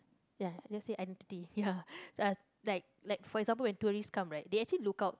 ya I just say identity ya like like for example when tourists come right they actually look out